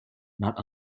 not